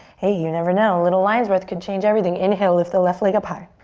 hey, you never know, little lion's breath could change everything. inhale, lift the left leg up high.